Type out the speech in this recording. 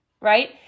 right